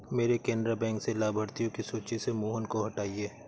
मेरे केनरा बैंक से लाभार्थियों की सूची से मोहन को हटाइए